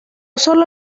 solo